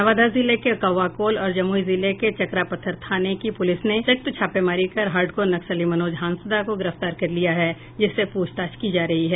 नवादा जिले के कौआकोल और जमुई जिले के चरका पत्थर थाने की पुलिस ने संयुक्त छापेमारी कर हार्डकोर नक्सली मनोज हांसदा को गिरफ्तार कर लिया है जिससे पूछताछ की जा रही है